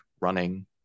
running